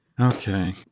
Okay